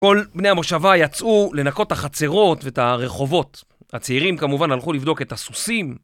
כל בני המושבה יצאו לנקות את החצרות ואת הרחובות. הצעירים כמובן הלכו לבדוק את הסוסים